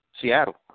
Seattle